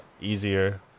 easier